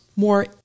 more